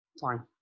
Fine